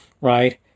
right